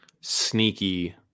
sneaky